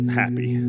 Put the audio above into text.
happy